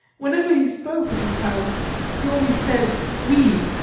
whenever he spoke of his house he always said we,